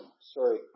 Sorry